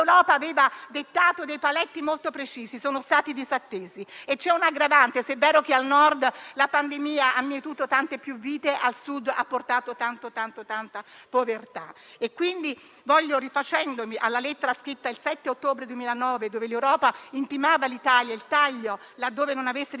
L'Europa aveva dettato dei paletti molto precisi, che sono stati disattesi. C'è un aggravante se è vero che al Nord la pandemia ha mietuto tante più vite, al Sud ha portato tanta povertà. Pertanto, rifacendomi alla lettera scritta il 7 ottobre 2009, dove l'Europa intimava all'Italia il taglio laddove non avesse rispettato